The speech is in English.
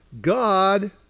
God